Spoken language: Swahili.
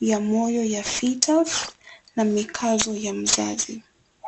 ya moyo ya (cs)fetus(cs) na mikazo ya mzazi.